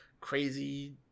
crazy